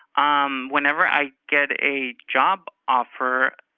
um whenever i get a job offer,